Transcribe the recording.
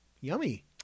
yummy